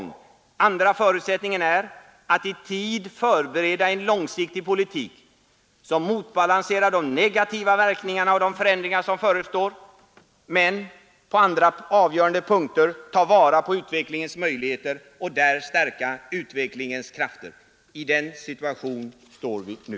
Den andra förutsättningen är att i tid förbereda en långsiktig kritik som motbalanserar de negativa verkningarna av de förändringar som förestår men på andra avgörande punkter tar vara på utvecklingens möjligheter och där stärker utvecklingens krafter. I den situationen står vi nu.